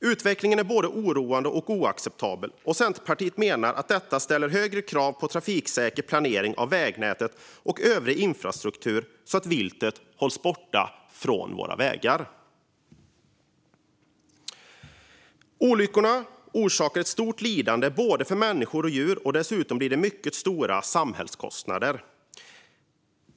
Utvecklingen är både oroande och oacceptabel, och Centerpartiet menar att detta ställer högre krav på trafiksäker planering av vägnätet och övrig infrastruktur så att viltet hålls borta från vägarna. Olyckorna orsakar ett stort lidande för både människor och djur, och dessutom blir det mycket stora samhällskostnader.